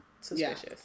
suspicious